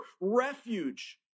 refuge